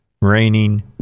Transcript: raining